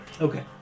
Okay